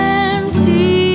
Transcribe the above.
empty